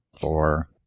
four